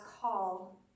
call